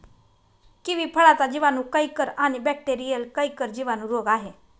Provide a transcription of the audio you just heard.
kiwi फळाचा जिवाणू canker आणि बॅक्टेरीयल कैंकर जिवाणू रोग आहे